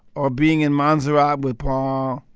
or being in montserrat with paul,